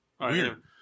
Weird